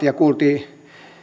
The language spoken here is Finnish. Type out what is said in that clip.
ja kuultiin